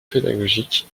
pédagogiques